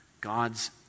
God's